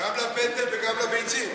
גם לפטם וגם לביצים.